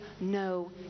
no